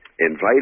invited